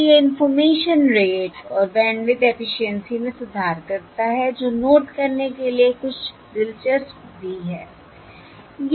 इसलिए यह information rate और बैंडविड्थ एफिशिएंसी में सुधार करता है जो नोट करने के लिए कुछ दिलचस्प भी है